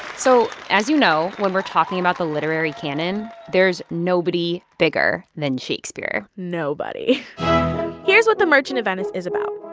so, as you know, when we're talking about the literary canon, there's nobody bigger than shakespeare nobody here's what the merchant of venice is about.